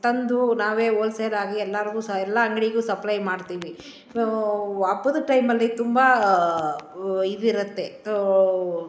ತಂದು ನಾವೇ ಹೋಲ್ಸೇಲ್ ಆಗಿ ಎಲ್ಲರಿಗೂ ಸಹ ಎಲ್ಲ ಅಂಗಡಿಗೂ ಸಪ್ಲೈ ಮಾಡ್ತೀವಿ ಹಬ್ಬದ ಟೈಮಲ್ಲಿ ತುಂಬ ಇದು ಇರತ್ತೆ